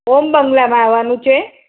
ૐ બંગલામાં આવવાનું છે